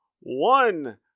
one